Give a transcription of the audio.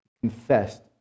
confessed